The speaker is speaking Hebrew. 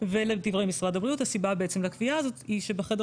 ולדברי משרד הבריאות הסיבה לקביעה הזאת היא שבחדר